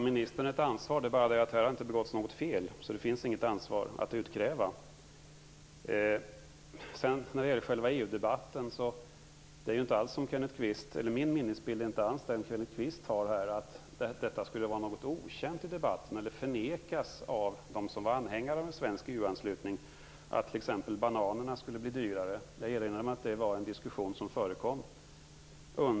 Herr talman! Visst har ministern ett ansvar. Det är bara det att det i det här fallet inte har begåtts något fel. Därför finns det inget ansvar att utkräva. Min minnesbild av EU-debatten är inte alls den som Kenneth Kvist har, att dessa faktauppgifter var okända i debatten eller förnekades av dem som var anhängare av en svensk EU-anslutning. Det gällde t.ex. att bananerna skulle bli dyrare. Jag erinrar mig att det var en diskussion som förekom.